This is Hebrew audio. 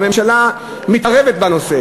והממשלה מתערבת בנושא